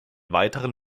weiteren